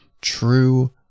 true